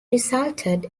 resulted